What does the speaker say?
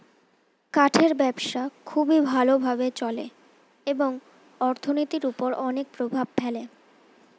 কাঠের ব্যবসা খুবই ভালো ভাবে চলে এবং এটি অর্থনীতির উপর অনেক প্রভাব ফেলে